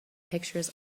pictures